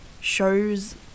shows